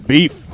Beef